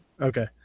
okay